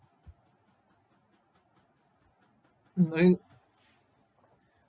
mm I think